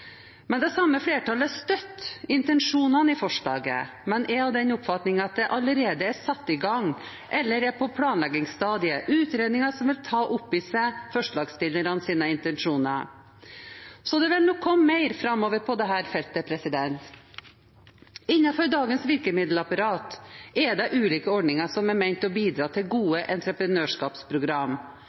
Det samme flertallet støtter intensjonene i forslaget, men er av den oppfatning at det allerede er satt i gang eller er på planleggingsstadiet utredninger som vil ta opp i seg forslagsstillernes intensjoner. Så det vil nok framover komme mer på dette feltet. Innenfor dagens virkemiddelapparat er det ulike ordninger som er ment å bidra til gode entreprenørskapsprogram.